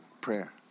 prayer